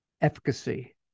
efficacy